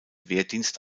wehrdienst